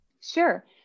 Sure